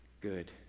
Good